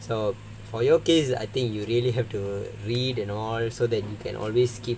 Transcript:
so for your case you I think you really have to read and all so that you can always keep